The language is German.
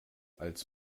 als